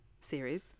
series